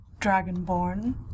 Dragonborn